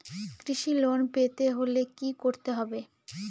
কৃষি লোন পেতে হলে কি করতে হবে?